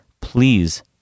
please